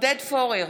עודד פורר,